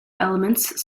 elements